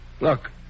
Look